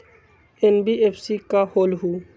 NBFC का होलहु?